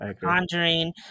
Conjuring